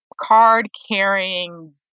card-carrying